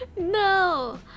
No